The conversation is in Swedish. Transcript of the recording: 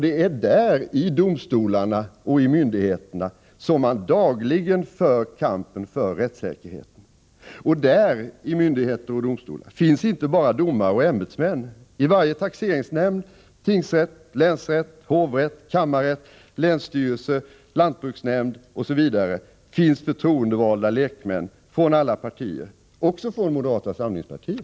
Det är där, i domstolarna och i myndigheterna, som man dagligen för kampen för rättssäkerheten. Där finns inte bara domare och ämbetsmän. I varje taxeringsnämnd, tingsrätt, länsrätt, hovrätt, kammar rätt, länsstyrelse, lantbruksnämnd osv. finns förtroendevalda lekmän från alla partier, också från moderata samlingspartiet.